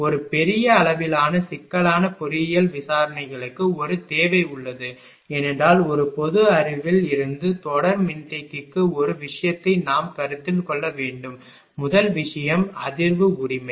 ஒரு பெரிய அளவிலான சிக்கலான பொறியியல் விசாரணைகளுக்கு ஒரு தேவை உள்ளது ஏனென்றால் ஒரு பொது அறிவில் இருந்து தொடர் மின்தேக்கிக்கு ஒரு விஷயத்தை நாம் கருத்தில் கொள்ள வேண்டும் முதல் விஷயம் அதிர்வு உரிமை